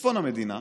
בצפון המדינה